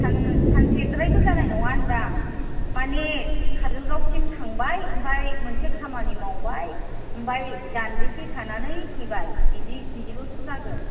सान सानसेद्रायबो जानाय नङा दां माने काजलगावसिम थांबाय ओमफ्राय मोनसे खामानि मावबाय ओमफ्राय दान्दिसे थानानै फैबाय बिदि बिदिल'सो जागोन